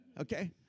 okay